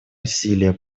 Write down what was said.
усилия